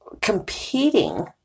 competing